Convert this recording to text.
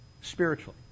spiritually